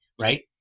right